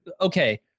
Okay